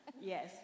yes